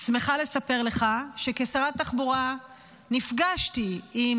שמחה לספר לך שכשרת התחבורה נפגשתי עם